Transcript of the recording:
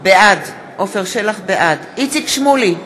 בעד איציק שמולי,